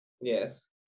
Yes